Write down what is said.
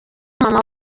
mama